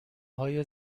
های